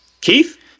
Keith